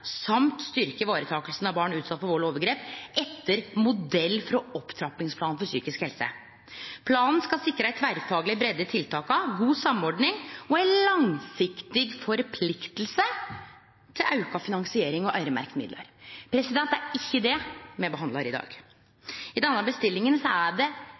samt styrke ivaretakelsen av barn utsatt for vold og overgrep, etter modell av opptrappingsplanen for psykisk helse. Planen må sikre en tverrfaglig bredde i tiltakene, god samordning, samt en langsiktig forpliktelse til økt finansiering og øremerkede midler.» Det er ikkje det me behandlar i dag. I denne bestillinga er det